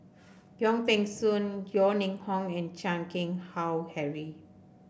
Yong Peng Soon Yeo Ning Hong and Chan Keng Howe Harry